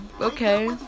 Okay